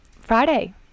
Friday